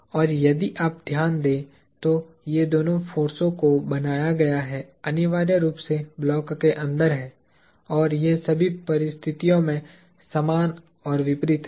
और यदि आप ध्यान दें तो ये दो फोर्सों को बनाया गया हैं अनिवार्य रूप से ब्लॉक के अंदर हैं और वे सभी परिस्थितियों में समान और विपरीत हैं